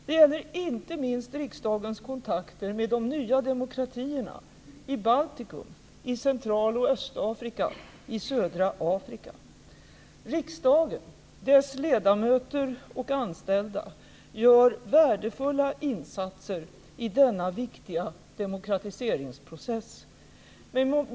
Det gäller inte minst riksdagens kontakter med de nya demokratierna i Baltikum, Central och Östeuropa och södra Afrika. Riksdagen, dess ledamöter och anställda, gör värdefulla insatser i denna viktiga demokratiseringsprocess.